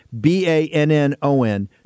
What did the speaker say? B-A-N-N-O-N